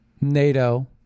NATO